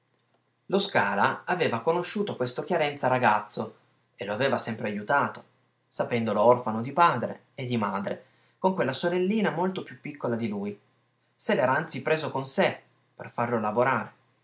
lo scala aveva conosciuto questo chiarenza ragazzo e lo aveva sempre ajutato sapendolo orfano di padre e di madre con quella sorellina molto più piccola di lui se l'era anzi preso con sé per farlo lavorare